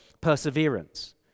perseverance